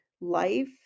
life